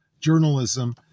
journalism